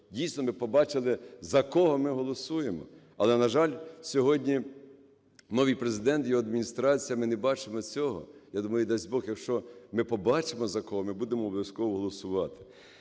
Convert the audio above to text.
дійсно ми побачили, за кого ми голосуємо. Але, на жаль, сьогодні новий Президент, його Адміністрація, ми не бачимо цього. Я думаю, дасть Бог, якщо ми побачимо закон, ми будемо обов'язково голосувати.